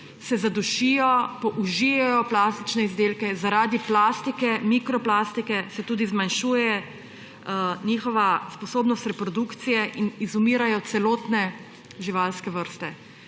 se zadušijo, použijejo plastične izdelke, zaradi plastike, mikroplastike se tudi zmanjšuje njihova sposobnost reprodukcije in izumirajo celotne živalske vrste.